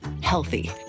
healthy